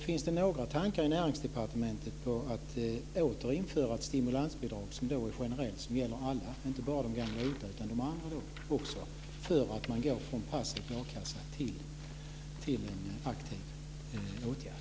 Finns det några tankar i Näringsdepartementet på att återinföra ett stimulansbidrag som är generellt och som gäller alla, inte bara de tidigare OTA-anställda, för att man ska gå från en passiv a-kassa till en aktiv åtgärd?